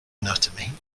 anatomy